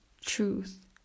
truth